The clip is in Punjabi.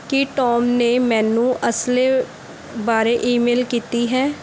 ਕੀ ਟੌਮ ਨੇ ਮੈਨੂੰ ਅਸਲੇ ਬਾਰੇ ਈਮੇਲ ਕੀਤੀ ਹੈ